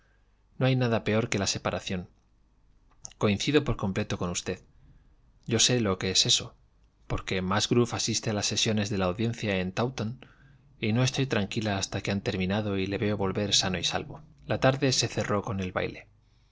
no hay nada peor que la separación coincido por completo con usted yo sé lo que es eso porque musgrove asiste a las sesiones de la audiencia en taunton y no estoy tranquila hasta que han terminado y le veo volver sano y salvo la tarde se cerró con el baile